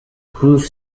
grove